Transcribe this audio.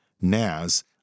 Naz